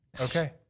okay